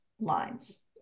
lines